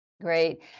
Great